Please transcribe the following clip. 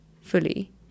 fully